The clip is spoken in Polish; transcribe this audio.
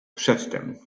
przedtem